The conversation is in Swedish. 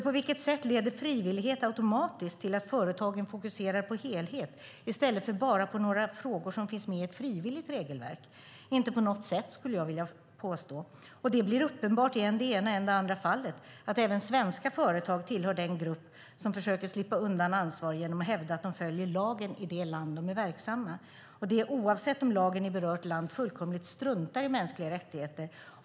På vilket sätt leder frivillighet automatiskt till att företagen fokuserar på helhet i stället för på bara några frågor som finns med i ett frivilligt regelverk? Inte på något sätt, skulle jag vilja påstå. Det blir uppenbart i än det ena och än det andra fallet att även svenska företag tillhör den grupp som försöker slippa undan ansvar genom att hävda att de följer lagen i det land där de är verksamma, oavsett om lagen i berört land fullkomligt struntar i mänskliga rättigheter.